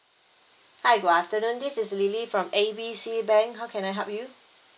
hi good afternoon this is lily from A B C bank how can I help you